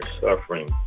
suffering